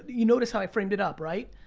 you notice how i framed it up, right?